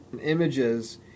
images